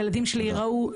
הילדים שלי ראו,